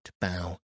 bow